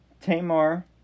Tamar